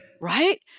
Right